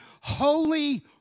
holy